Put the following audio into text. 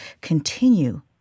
continue